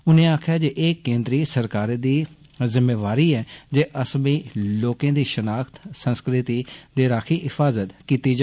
उनें आक्खेआ एह् केन्द्री सरकारै दी जुम्मेवारी ऐ जे असमी लोकें दी षनाख्त संस्कृति दी राक्खी हिफाजत कीती जा